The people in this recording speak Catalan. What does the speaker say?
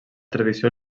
tradició